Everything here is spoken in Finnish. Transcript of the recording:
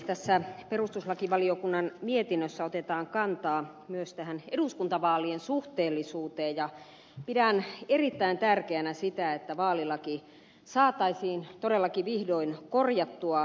tässä perustuslakivaliokunnan mietinnössä otetaan kantaa myös eduskuntavaalien suhteellisuuteen ja pidän erittäin tärkeänä sitä että vaalilaki saataisiin todellakin vihdoin korjattua oikeudenmukaiseksi